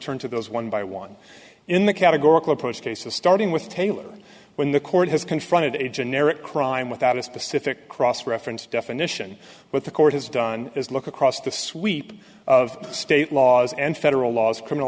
turn to those one by one in the categorical approach cases starting with taylor when the court has confronted a generic crime without a specific cross reference definition what the court has done is look across the sweep of state laws and federal laws